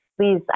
please